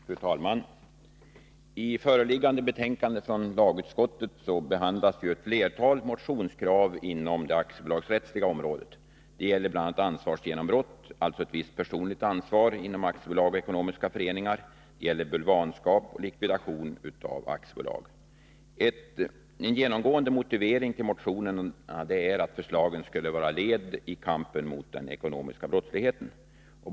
Fru talman! I föreliggande betänkande från lagutskottet behandlas ett antal motionskrav inom det aktiebolagsrättsliga området. De gäller bl.a. ansvarsgenombrott, alltså ett visst personligt ansvar inom bolag och i ekonomiska föreningar, de gäller bulvanskap och likvidation av aktiebolag. En genomgående motivering till motionerna är att förslagen skulle vara led ikampen mot den ekonomiska brottsligheten.